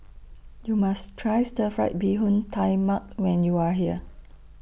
YOU must Try Stir Fried Mee Tai Mak when YOU Are here